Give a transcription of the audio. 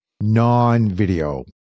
non-video